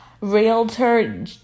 realtor